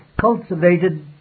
cultivated